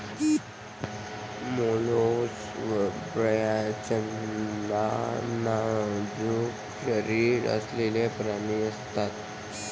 mollusc बर्याचदा नाजूक शरीर असलेले प्राणी असतात